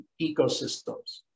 ecosystems